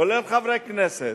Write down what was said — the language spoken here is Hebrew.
כולל חברי כנסת,